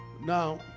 Now